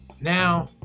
Now